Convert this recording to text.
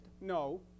No